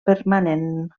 permanent